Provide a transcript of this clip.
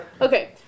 Okay